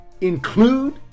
include